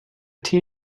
tea